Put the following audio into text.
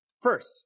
First